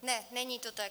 Ne, není to tak.